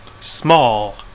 Small